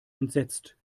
entsetzt